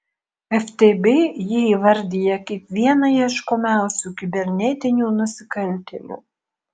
ftb jį įvardija kaip vieną ieškomiausių kibernetinių nusikaltėlių